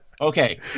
Okay